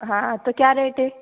हाँ तो क्या रेट है